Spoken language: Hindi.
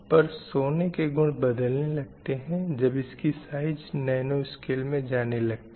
पर सोने के गुण बदलने लगते हैं जब इसकी साइज़ नैनो स्केल में जाने लगती है